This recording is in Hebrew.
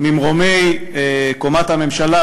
ממרומי קומת הממשלה,